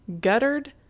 guttered